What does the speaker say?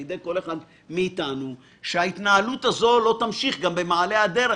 לידי כל אחד מאיתנו שההתנהלות הזאת לא תמשיך גם במעלה הדרך,